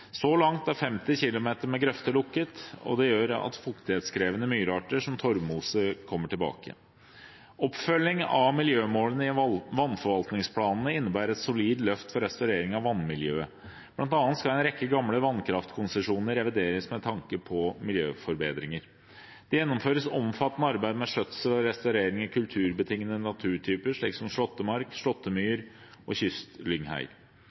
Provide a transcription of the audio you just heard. Så langt er 50 km med grøfter lukket. Det gjør at fuktighetskrevende myrarter, som torvmose, kommer tilbake. Oppfølging av miljømålene i vannforvaltningsplanene innebærer et solid løft for restaurering av vannmiljøet. Blant annet skal en rekke gamle vannkraftkonsesjoner revideres med tanke på miljøforbedringer. Det gjennomføres et omfattende arbeid med skjøtsel og restaurering i kulturbetingede naturtyper, som slåttemark, slåttemyr og kystlynghei.